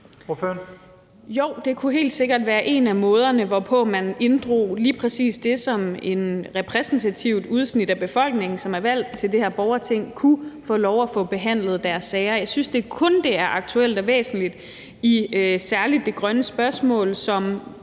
Jo, det kunne helt sikkert være en af måderne, hvorpå man inddrog lige præcis det, så et repræsentativt udsnit af befolkningen, som er valgt til det her borgerting, kunne få lov at få behandlet deres sager. Jeg synes da kun, det er aktuelt og væsentligt i særlig det grønne spørgsmål, som,